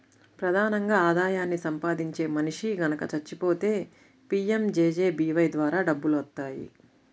ప్రధానంగా ఆదాయాన్ని సంపాదించే మనిషి గనక చచ్చిపోతే పీయంజేజేబీవై ద్వారా డబ్బులొత్తాయి